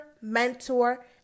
mentor